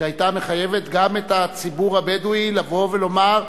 שהיתה מחייבת גם את הציבור הבדואי לבוא ולומר: